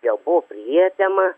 jau buvo prietema